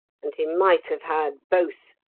and he might have had both.